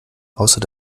außer